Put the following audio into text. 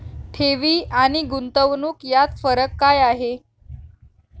ठेवी आणि गुंतवणूक यात फरक काय आहे?